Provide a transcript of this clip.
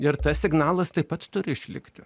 ir tas signalas taip pat turi išlikti